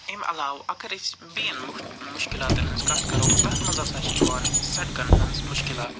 اَمہِ علاوٕ اگر أسۍ بیٚیَن مُشکِلاتن ہِنٛز کَتھ کَرو تتھ منٛز ہَسا چھِ یِوان سڑکن ہٕنٛز مُشکِلات